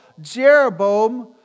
Jeroboam